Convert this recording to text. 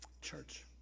Church